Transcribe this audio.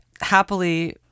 Happily